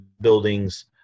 buildings